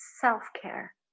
self-care